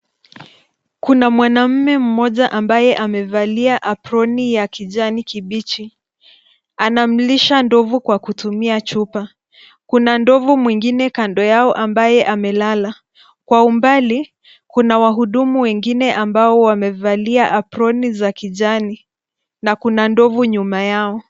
Kuna mwanamume mmoja ambaye amevalia aproni ya kijani kibichi. Anamlisha ndovu kwa kutumia chupa. Kuna ndovu mwingine kando yao ambaye amelala. Kwa umbali, kuna wahudumu wengine ambao wamevalia aproni za kijani na kuna ndovu nyuma yao.